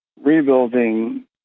rebuilding